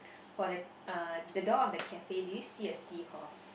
for that uh the door of the cafe did you see a seahorse